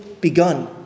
begun